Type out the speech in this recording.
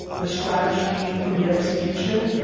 the strategy came from the execution,